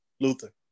Luther